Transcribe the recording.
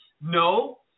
no